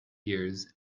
years